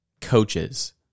coaches